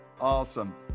Awesome